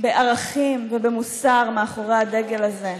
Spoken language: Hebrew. בערכים ובמוסר מאחורי הדגל הזה,